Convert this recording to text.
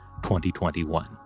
2021